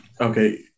Okay